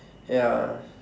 ya